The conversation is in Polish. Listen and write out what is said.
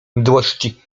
mdłości